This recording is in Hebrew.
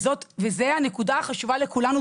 וזאת הנקודה החשובה לכולנו,